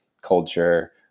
culture